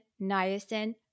niacin